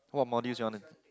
what modules you wanna